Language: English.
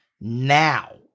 Now